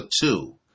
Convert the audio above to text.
two